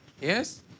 Yes